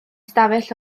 stafell